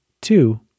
Two